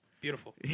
Beautiful